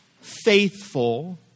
faithful